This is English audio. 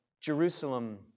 Jerusalem